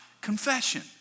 confession